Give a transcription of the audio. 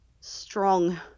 strong –